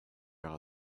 haga